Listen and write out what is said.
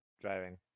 driving